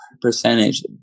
percentage